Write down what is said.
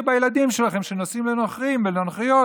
בילדים שלכם שנשואים לנוכרים ולנוכריות,